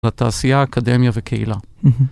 לתעשייה האקדמיה וקהילה. הממ-הממ